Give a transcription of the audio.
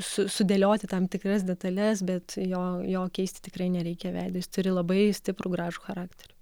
su sudėlioti tam tikras detales bet jo jo keisti tikrai nereikia veido jis turi labai stiprų gražų charakterį